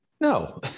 No